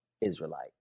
israelite